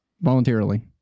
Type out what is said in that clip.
voluntarily